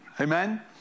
amen